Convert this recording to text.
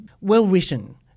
well-written